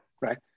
right